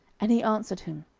and he answered him,